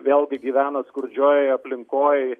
vėlgi gyvena skurdžioj aplinkoj